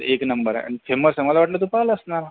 ते एक नंबर आहे आणि फेमस आहे मला वाटलं तू पाहिलं असणार